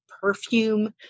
perfume